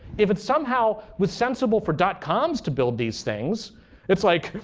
if it somehow was sensible for dotcoms to build these things it's like,